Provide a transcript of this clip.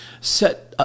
set